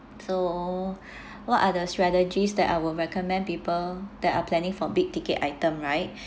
so what are the strategies that I will recommend people that are planning for big-ticket item right